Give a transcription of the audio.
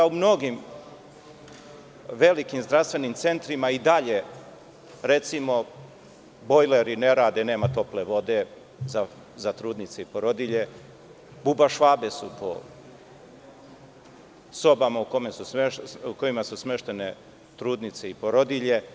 U mnogim velikim zdravstvenim centrima i dalje, recimo, bojleri ne rade, nema tople vode za trudnice i porodilje, bubašvabe su po sobama u kojima su smeštene trudnice i porodilje.